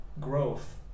growth